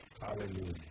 Hallelujah